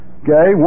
okay